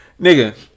Nigga